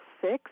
six